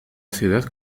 ciudad